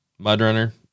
Mudrunner